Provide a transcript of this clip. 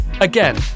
Again